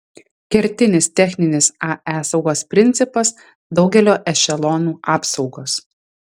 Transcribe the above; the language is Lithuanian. kertinis techninis ae saugos principas daugelio ešelonų apsaugos